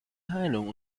heilung